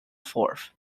forth